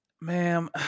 ma'am